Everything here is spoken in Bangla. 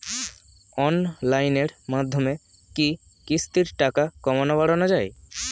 অনলাইনের মাধ্যমে কি কিস্তির টাকা কমানো বাড়ানো যায়?